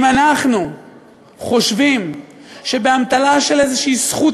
אם אנחנו חושבים שבאמתלה של איזו זכות